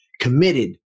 committed